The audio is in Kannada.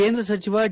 ಕೇಂದ್ರ ಸಚಿವ ಡಿ